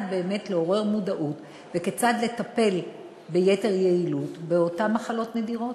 באמת לעורר מודעות וכיצד לטפל ביתר יעילות באותן מחלות נדירות,